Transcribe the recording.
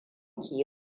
ke